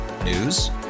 News